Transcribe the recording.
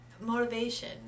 motivation